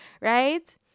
right